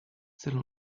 celle